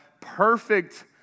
perfect